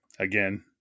Again